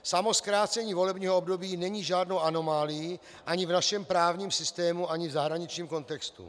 Samo zkrácení volebního období není žádnou anomálií ani v našem právním systému, ani v zahraničním kontextu.